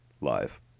live